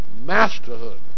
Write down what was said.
masterhood